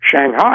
Shanghai